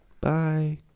Bye